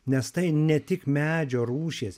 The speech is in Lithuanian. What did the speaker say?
nes tai ne tik medžio rūšies